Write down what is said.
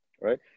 Right